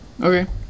Okay